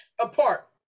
apart